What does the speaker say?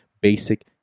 basic